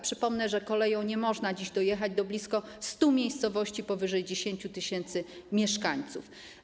Przypomnę, że koleją nie można dziś dojechać do blisko 100 miejscowości powyżej 10 tys. mieszkańców.